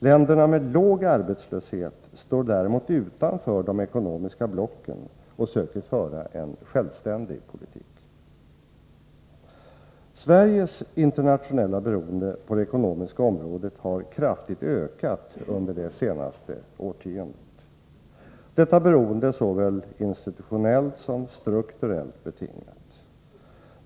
Länderna med låg arbetslöshet står däremot utanför de ekonomiska blocken och söker föra en självständig politik. Sveriges internationella beroende på det ekonomiska området har kraftigt ökat under det senaste årtiondet. Detta beroende är såväl institutionellt som strukturellt betingat.